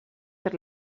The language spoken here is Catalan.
per